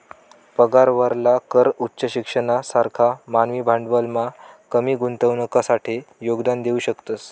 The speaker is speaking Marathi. पगारावरला कर उच्च शिक्षणना सारखा मानवी भांडवलमा कमी गुंतवणुकसाठे योगदान देऊ शकतस